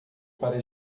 para